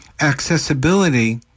accessibility